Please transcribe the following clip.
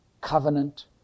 covenant